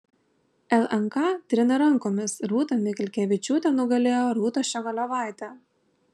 lnk trina rankomis rūta mikelkevičiūtė nugalėjo rūtą ščiogolevaitę